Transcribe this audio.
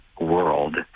world